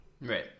Right